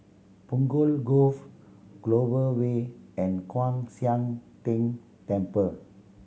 Punggol Cove Clover Way and Kwan Siang Tng Temple